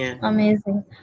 amazing